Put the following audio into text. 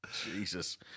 Jesus